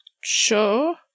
Sure